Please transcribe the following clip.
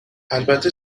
البته